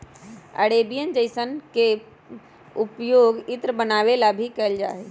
Arabian jasmine के पउपयोग इत्र बनावे ला भी कइल जाहई